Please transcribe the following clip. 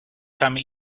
come